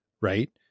right